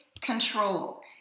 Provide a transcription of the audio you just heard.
control